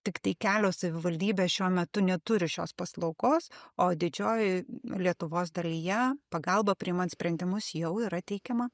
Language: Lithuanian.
tiktai kelios savivaldybės šiuo metu neturi šios paslaugos o didžiojoj lietuvos dalyje pagalba priimant sprendimus jau yra teikiama